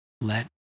Let